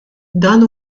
dan